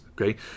Okay